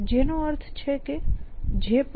જેનો અર્થ એમ કે જે પણ